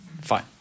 Fine